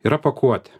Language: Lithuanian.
yra pakuotė